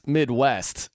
Midwest